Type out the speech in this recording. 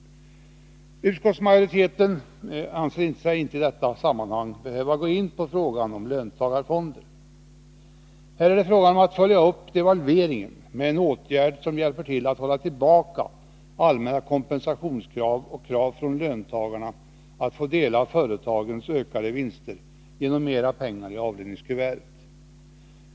Utskottsmajoriteten anser sig inte i detta sammanhang behöva gå in på frågan om löntagarfonder. Här är det fråga om att följa upp devalveringen med en åtgärd som hjälper till att hålla tillbaka allmänna kompensationskrav och krav från löntagarna att få dela företagens ökade vinster genom mera pengar i avlöningskuvertet.